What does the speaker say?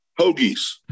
hoagies